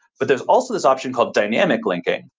but there's also this option called dynamic linking.